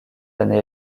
année